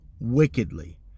wickedly